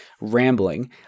rambling